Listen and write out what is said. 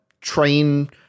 train